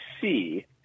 see